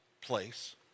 place